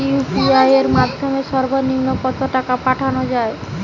UPI এর মাধ্যমে সর্ব নিম্ন কত টাকা পাঠানো য়ায়?